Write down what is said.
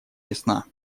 ясна